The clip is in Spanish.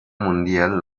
mundial